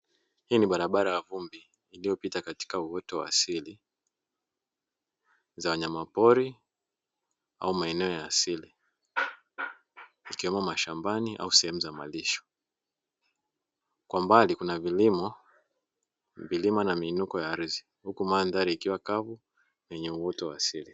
Hii ni barabara ya vumbi iliyopita katika uoto wa asili. Za wanyamapori, au maeneo ya asili, ikiwemo mashambani au sehemu za malisho. Kwa mbali kuna vilimo, milima na miinuko ya ardhi, huku mandhari ikiwa kavu yenye uoto wa asili.